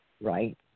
right